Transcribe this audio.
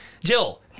Jill